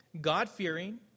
God-fearing